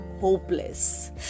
hopeless